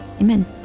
amen